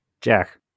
Jack